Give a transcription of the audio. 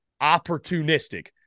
opportunistic